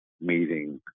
meeting